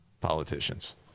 politicians